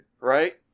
right